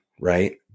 Right